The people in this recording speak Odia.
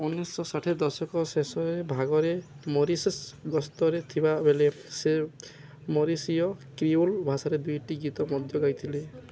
ଉଣେଇଶଶହ ଷାଠିଏ ଦଶକର ଶେଷ ଭାଗରେ ମରିସସ୍ ଗସ୍ତରେ ଥିବାବେଳେ ସେ ମରିସୀୟ କ୍ରିଓଲ୍ ଭାଷାରେ ଦୁଇଟି ଗୀତ ମଧ୍ୟ ଗାଇଥିଲେ